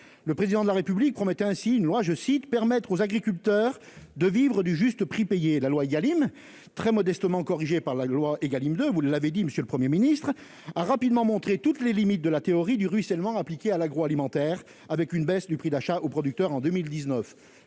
le président de la République, on mettait ainsi une loi, je cite : permettre aux agriculteurs de vivre du juste prix payé la loi il y anime très modestement corrigés par la loi Egalim 2, vous l'avez dit monsieur le 1er ministre a rapidement montré toutes les limites de la théorie du ruissellement appliquée à l'agroalimentaire, avec une baisse du prix d'achat aux producteurs en 2019